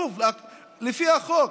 שוב, לפי החוק.